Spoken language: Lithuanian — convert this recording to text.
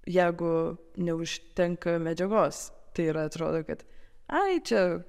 jeigu neužtenka medžiagos tai yra atrodo kad ai čia